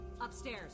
upstairs